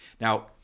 Now